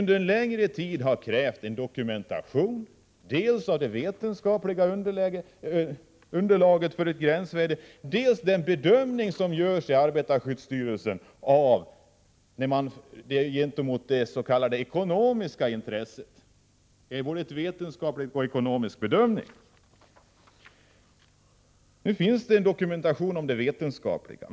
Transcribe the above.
Under en längre tid har vi krävt en dokumentation, dels av det vetenskapliga underlaget för ett gränsvärde, dels av den bedömning som görs av arbetarskyddsstyrelsen gentemot dets.k. ekonomiska intresset. Det görs alltså både en vetenskaplig och en ekonomisk bedömning. Nu finns det en dokumentation om den vetenskapliga bedömningen.